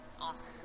Awesome